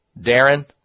Darren